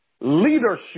Leadership